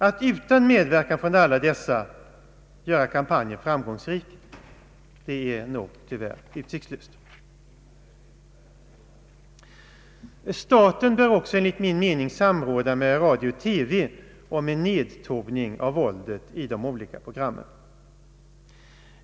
Att utan medverkan från alla dessa göra kampanjen framgångsrik torde nog tyvärr vara utsiktslöst. Staten bör också enligt min mening samråda med Sveriges Radio och TV om en nedtoning av våldet i de olika programmen.